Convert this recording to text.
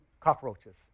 cockroaches